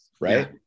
right